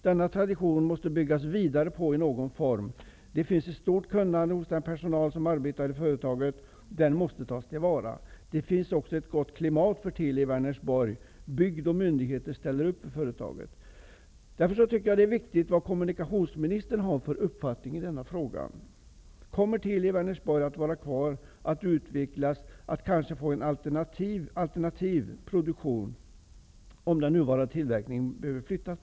Denna tradition måste man bygga vidare på i någon form. Det finns ett stort kunnande hos den personal som arbetar inom företaget. Det måste tas till vara. Det finns ett gott klimat vid Teli i Vänersborg. Bygd och myndigheter ställer upp för företaget. Därför tycker jag att det är viktigt vad kommunikationsministern har för uppfattning i denna fråga. Kommer Teli i Vänersborg att vara kvar, utvecklas och kanske få en alternativ produktion om den nuvarande tillverkningen behöver flyttas?